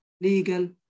legal